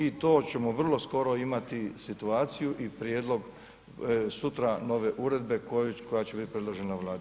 I to ćemo vrlo skoro imati situaciju i prijedlog sutra nove uredbe koja će biti predložena Vladi.